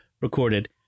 recorded